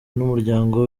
n’umuryango